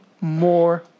more